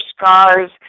scars